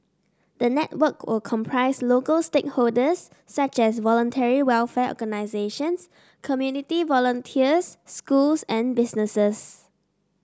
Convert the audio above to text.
the network will comprise local stakeholders such as Voluntary Welfare Organisations community volunteers schools and businesses